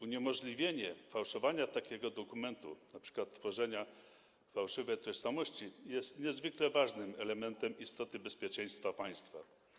Uniemożliwienie fałszowania takiego dokumentu, np. tworzenia fałszywej tożsamości, jest niezwykle ważnym elementem istoty bezpieczeństwa państwa.